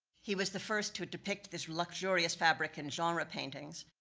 he was the first to depict this luxurious fabric in genre paintings,